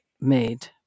made